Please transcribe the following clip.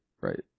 right